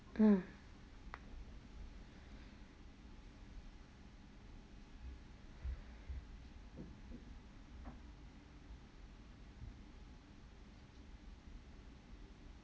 um